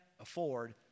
afford